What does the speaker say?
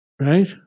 right